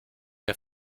der